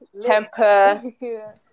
temper